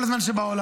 כל הזמן שבעולם.